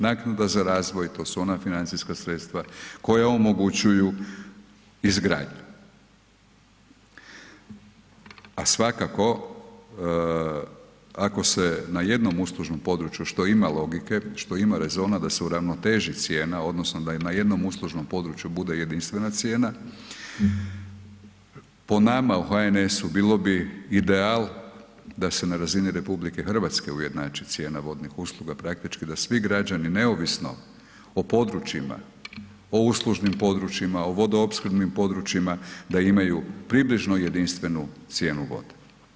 Naknada za razvoj to su ona financijska sredstva koja omogućuju izgradnju, a svakako ako se na jednom uslužnom području što ima logike, što ima rezona da se uravnoteži cijena odnosno da i na jednom uslužnom području bude jedinstvena cijena, po nama u HNS-u bilo bi ideal da se na razini RH ujednači cijena vodnih usluga, praktički da svi građani neovisno o područjima, o uslužnim područjima, o vodoopskrbnim područjima, da imaju približno jedinstvenu cijenu vode.